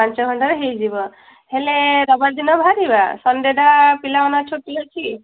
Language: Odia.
ପାଞ୍ଚ ଘଣ୍ଟାରେ ହେଇଯିବ ହେଲେ ରବିବାର ଦିନ ବାହାରିବା ସନଡ଼େଟା ପିଲାମାନଙ୍କ ଛୁଟି ଅଛି